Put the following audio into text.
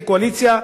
כקואליציה,